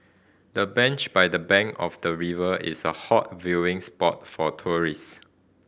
the bench by the bank of the river is a hot viewing spot for tourist